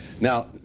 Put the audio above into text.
Now